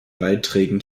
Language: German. beiträgen